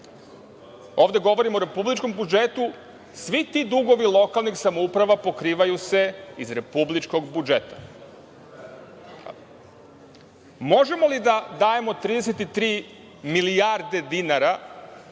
govorim o republičkom budžetu. Svi ti dugovi lokalnih samouprava pokrivaju se iz republičkog budžeta. Možemo li da dajemo 33 milijarde dinara